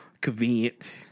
Convenient